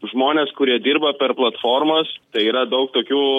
žmones kurie dirba per platformas tai yra daug tokių